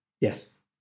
yes